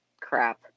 crap